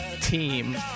team